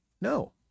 No